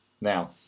Now